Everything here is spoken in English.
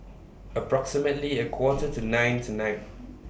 approximately A Quarter to nine tonight